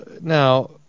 now